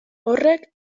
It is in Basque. horrek